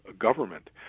government